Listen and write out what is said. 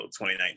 2019